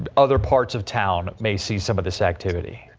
and other parts of town may see some of this activity.